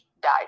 died